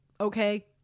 okay